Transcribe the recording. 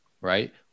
right